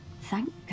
Thank